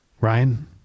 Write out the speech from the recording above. Ryan